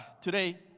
today